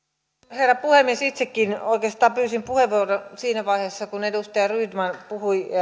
herra puhemies itsekin oikeastaan pyysin puheenvuoron siinä vaiheessa kun edustaja rydman puhui